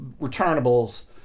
returnables